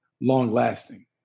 long-lasting